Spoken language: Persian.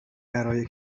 برای